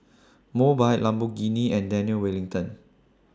Mobike Lamborghini and Daniel Wellington